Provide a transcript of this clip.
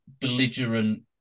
belligerent